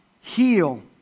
heal